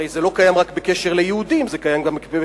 הרי זה לא קיים רק בקשר ליהודים אלא גם בקשר